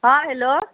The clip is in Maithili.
हॅं हैल्लो